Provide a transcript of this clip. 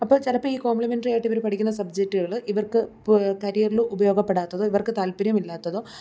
അപ്പോൾ ചിലപ്പോൾ ഈ കോംപ്ലിമെൻ്ററി ആയിട്ട് ഇവർ പഠിക്കുന്ന സബ്ജക്ടുകൾ ഇവർക്ക് കരിയറിൽ ഉപയോഗപ്പെടാത്തത് ഇവർക്ക് താല്പര്യമില്ലാത്തതോ